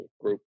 group